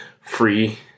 free